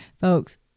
folks